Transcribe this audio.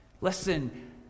Listen